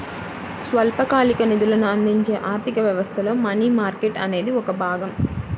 స్వల్పకాలిక నిధులను అందించే ఆర్థిక వ్యవస్థలో మనీ మార్కెట్ అనేది ఒక భాగం